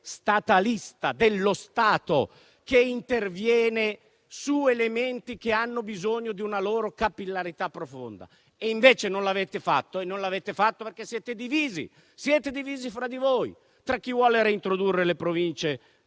statalista, con lo Stato che interviene su elementi che hanno bisogno di una loro capillarità profonda. E invece non l'avete fatta, perché siete divisi. Siete divisi fra di voi: tra chi vuole reintrodurre le Province